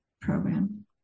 Program